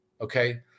okay